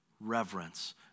reverence